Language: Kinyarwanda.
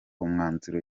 umwanzuro